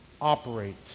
operate